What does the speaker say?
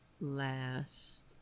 last